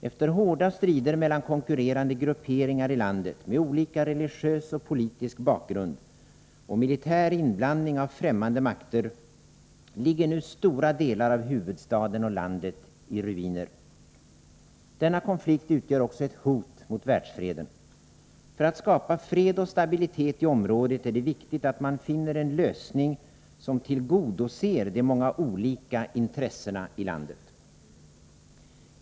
Efter hårda strider mellan konkurrerande grupperingar i landet — med olika religiös och politisk bakgrund — och militär inblandning av främmande makter ligger nu stora delar av huvudstaden och landet i ruiner. Denna konflikt utgör också ett hot mot världsfreden. För att skapa fred och stabilitet i området är det viktigt att man finner en lösning som tillgodoser de många olika intressena i landet.